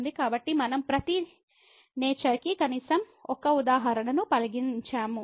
కాబట్టి మనం ప్రతి నేచర్ కి కనీసం 1 ఉదాహరణను పరిగణించాము